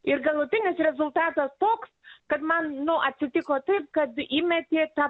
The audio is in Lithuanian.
ir galutinis rezultatas toks kad man nu atsitiko taip kad įmetė tą